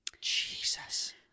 Jesus